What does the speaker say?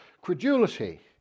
credulity